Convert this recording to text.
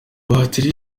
batiri